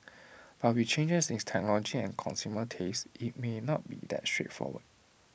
but with changes in technology and consumer tastes IT may not be that straightforward